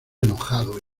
enojado